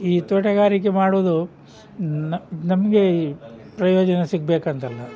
ಈ ತೋಟಗಾರಿಕೆ ಮಾಡುವುದು ನಮಗೆ ಪ್ರಯೋಜನ ಸಿಗಬೇಕಂತಲ್ಲ